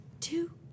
two